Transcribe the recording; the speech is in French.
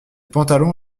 pantalon